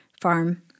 farm